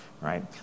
right